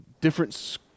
different